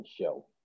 show